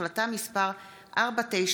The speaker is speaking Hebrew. החלטה מס' 4903,